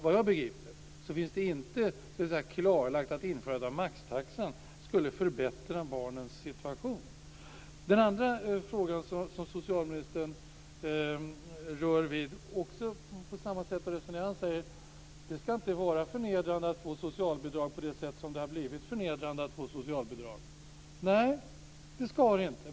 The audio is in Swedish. Vad jag begriper är det inte klarlagt att införandet av maxtaxa skulle förbättra barnens situation. Socialministern rör vid en annan fråga där han resonerar på samma sätt. Han säger: Det ska inte vara förnedrande att få socialbidrag på det sätt som det har blivit förnedrande att få socialbidrag. Nej, det ska det inte.